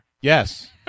Yes